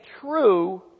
true